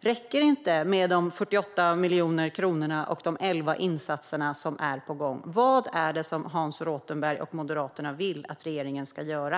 Räcker det inte med de 48 miljoner kronorna och de elva insatser som är på gång? Vad är det som Hans Rothenberg och Moderaterna vill att regeringen ska göra?